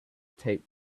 taped